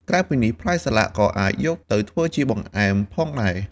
ក្រៅពីនេះ ផ្លែសាឡាក់ក៏អាចយកទៅធ្វើជាបង្អែមផងដែរ។